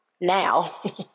Now